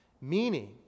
Meaning